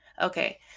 okay